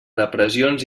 depressions